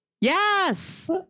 yes